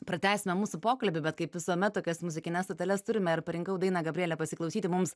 pratęsime mūsų pokalbį bet kaip visuomet tokias muzikines stoteles turime ir parinkau dainą gabriele pasiklausyti mums